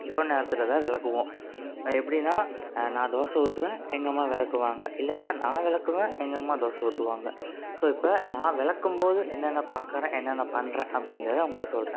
இரவு நேரத்தில் தான் விளக்குவோம் எப்படினா நான் தோசை ஊற்றுவேன் எங்கள் அம்மா விளக்குவாங்க இல்லைனா நான் விளக்குவேன் எங்கள் அம்மா தோசை ஊற்றுவாங்க ஸோ இப்போ நான் விளக்கும் போது என்னென்ன பார்க்குறேன் என்னென்ன பண்ணுறேன் அப்படிங்கறத நான் உங்கள்கிட்ட சொல்கிறேன்